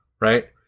right